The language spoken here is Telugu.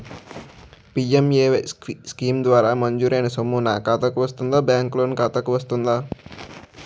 పి.ఎం.ఎ.వై స్కీమ్ ద్వారా మంజూరైన సొమ్ము నా ఖాతా కు వస్తుందాబ్యాంకు లోన్ ఖాతాకు వస్తుందా?